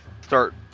start